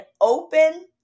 open